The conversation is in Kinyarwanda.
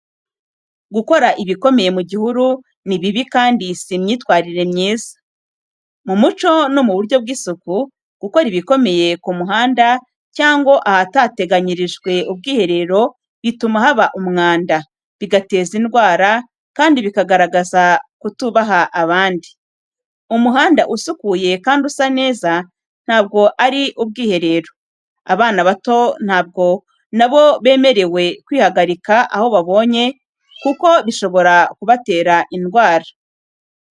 Gukora ibikomeye mu gihuru ni bibi kandi si imyitwarire myiza. Mu muco no mu buryo bw’isuku, gukora ibikomeye ku muhanda cyangwa ahatateganyirijwe ubwiherero bituma haba umwanda, bigateza indwara, kandi bikagaragaza kutubaha abandi. Umuhanda usukuye kandi usa neza ntago ari ubwiherero. Abana bato ntago nabo bemerewe kwihagarika aho babonye kuko bishobora kubatera indwara.